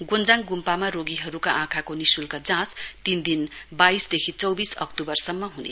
गोञ्जाङ गुम्पामा रोगीहरुका आँखाको निशुल्क जाँच तीनदिन वाइसदेखि चौविस अक्तूवरसम्म हुनेछ